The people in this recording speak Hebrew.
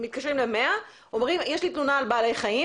יתקשרו למוקד 100 ויגידו שיש להם תלונה בנושא בעלי חיים